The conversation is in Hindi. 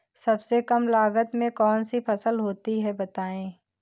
सबसे कम लागत में कौन सी फसल होती है बताएँ?